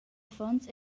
affons